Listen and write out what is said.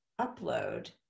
upload